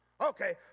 Okay